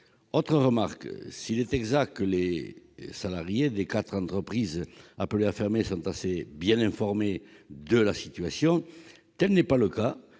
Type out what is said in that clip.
Autre remarque, s'il est exact que les salariés des quatre entreprises destinées à fermer sont relativement bien informés de la situation, tel n'est pas le cas